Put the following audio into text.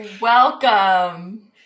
Welcome